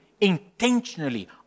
intentionally